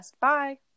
Bye